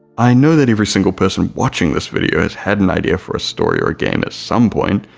i know that every single person watching this video has had an idea for a story or a game at some point,